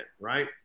right